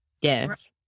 Yes